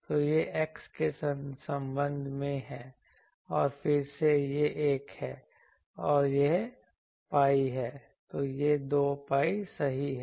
तो यह X के संबंध में है और यह फिर से यह एक है और यह pi है यह 2 pi सही है